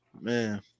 Man